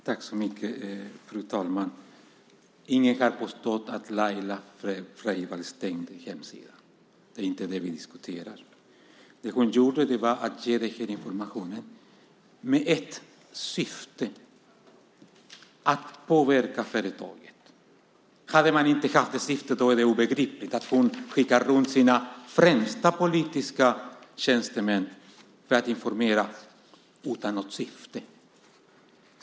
Fru talman! Ingen har påstått att Laila Freivalds stängde hemsidan. Det är inte det vi diskuterar. Det hon gjorde var att ge den här informationen med ett syfte, att påverka företaget. Det skulle vara obegripligt om hon skickade ut sina främsta politiska tjänstemän för att informera utan något syfte.